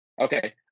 Okay